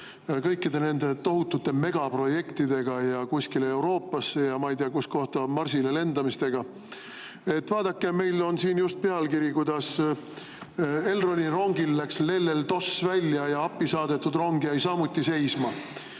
kõikide nende tohutute megaprojektidega kuskile Euroopasse ja ma ei tea, kuhu kohta, Marsile lendamistega. Vaadake, meil on siin just pealkiri, kuidas Elroni rongil läks Lellel toss välja ja appi saadetud rong jäi samuti seisma.